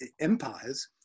empires